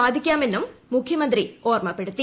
ബാധിക്കാമെന്നും മുഖ്യമന്ത്രി ഓർമപ്പെടുത്തി